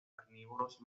carnívoros